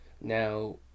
Now